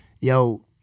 Yo